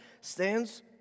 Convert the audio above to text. stands